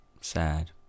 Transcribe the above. Sad